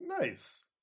Nice